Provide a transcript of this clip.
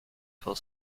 for